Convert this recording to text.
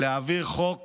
להעביר חוק